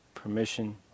permission